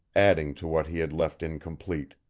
adding to what he had left incomplete.